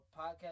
Podcast